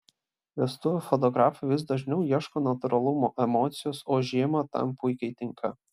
vestuvių fotografai vis dažniau ieško natūralumo emocijos o žiema tam puikiai tinka